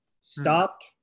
stopped